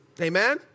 Amen